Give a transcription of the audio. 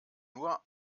nur